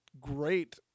great